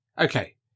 Okay